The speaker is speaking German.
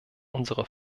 unsere